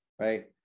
right